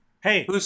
Hey